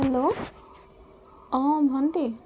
hello অঁ ভন্টী